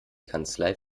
kanzlei